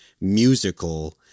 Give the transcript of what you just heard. musical